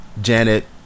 Janet